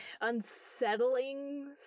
unsettling